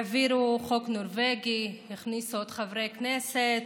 העבירו חוק נורבגי, הכניסו עוד חברי כנסת,